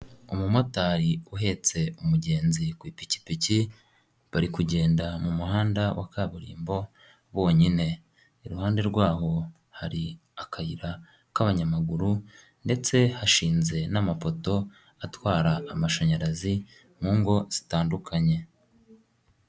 Umumotari uhetse umugenzi ku ipikipiki, bari kugenda mu muhanda wa kaburimbo bonyine. Iruhande rwaho hari akayira k'abanyamaguru ndetse hashinze n'amapoto atwara amashanyarazi, mu ngo zitandukanye.